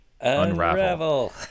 unravel